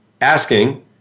asking